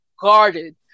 guarded